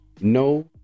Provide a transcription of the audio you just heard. no